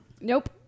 Nope